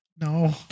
no